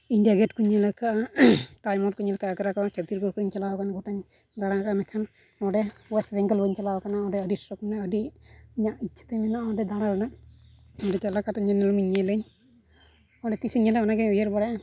India gate ᱠᱚᱧ ᱧᱮᱞᱟᱠᱟᱫᱼᱟ ᱛᱟᱡᱽᱢᱚᱦᱚᱞ ᱠᱚᱧ ᱧᱮᱞᱠᱟᱫᱼᱟ ᱟᱜᱨᱟ ᱠᱚ ᱪᱷᱚᱛᱨᱤᱥᱜᱚᱲ ᱠᱚᱧ ᱪᱟᱞᱟᱣ ᱟᱠᱟᱱᱟ ᱜᱚᱴᱟᱧ ᱫᱟᱬᱟᱣ ᱟᱠᱟᱫᱼᱟ ᱢᱮᱱᱠᱷᱟᱱ ᱚᱸᱰᱮ ᱚᱭᱮᱥᱴᱵᱮᱝᱜᱚᱞ ᱵᱟᱹᱧ ᱪᱟᱞᱟᱣ ᱟᱠᱟᱱᱟ ᱚᱸᱰᱮ ᱟᱹᱰᱤ ᱥᱚᱠ ᱢᱮᱱᱟᱜᱼᱟ ᱟᱹᱰᱤ ᱤᱧᱟᱜ ᱤᱪᱪᱷᱟᱛᱤᱧ ᱢᱮᱱᱟᱜᱼᱟ ᱚᱸᱰᱮ ᱫᱟᱬᱟ ᱨᱮᱱᱟᱜ ᱚᱸᱰᱮ ᱪᱟᱞᱟᱣ ᱠᱟᱛᱮ ᱧᱮᱱᱮᱞᱚᱢ ᱤᱧ ᱧᱮᱞᱟᱹᱧ ᱚᱸᱰᱮ ᱛᱤᱥᱤᱧ ᱧᱮᱞᱟ ᱚᱱᱟᱜᱮ ᱩᱭᱦᱟᱹᱨ ᱵᱟᱲᱟᱭᱮᱫᱼᱟ